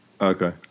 Okay